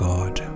God